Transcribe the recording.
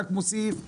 רק מוסיף,